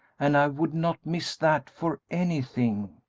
and i would not miss that for anything!